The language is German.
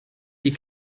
die